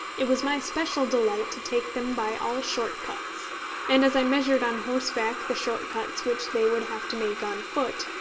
it was my special delight to take them by all short cuts and as i measured on horseback the short cuts which they would have to make on foot,